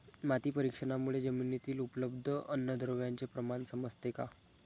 माती परीक्षणामुळे जमिनीतील उपलब्ध अन्नद्रव्यांचे प्रमाण समजते का?